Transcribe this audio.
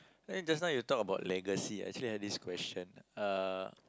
then just now you talk about legacy I actually had this question uh